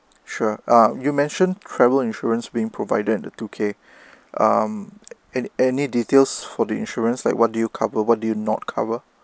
sure um you mentioned travel insurance being provided and the two k um an~ any details for the insurance like what do you cover but do not cover